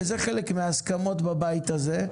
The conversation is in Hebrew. וזה חלק מההסכמות בבית הזה,